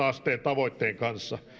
asteen tavoitteen kanssa